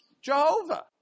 Jehovah